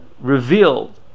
revealed